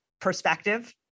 perspective